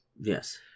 Yes